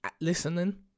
listening